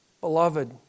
Beloved